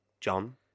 John